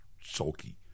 sulky